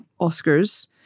Oscars